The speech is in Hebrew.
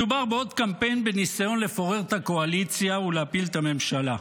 מדובר בעוד קמפיין בניסיון לפורר את הקואליציה ולהפיל את הממשלה.